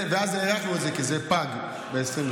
ואז הארכנו את זה, כי זה פג ב-2023.